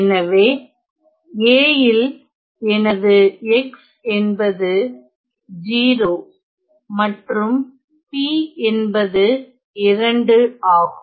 எனவே A ல் எனது x என்பது 0 மற்றும் p என்பது 2 ஆகும்